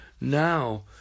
now